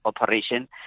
operation